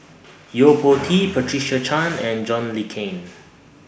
Yo Po Tee Patricia Chan and John Le Cain